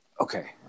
Okay